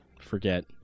forget